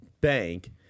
bank